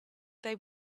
they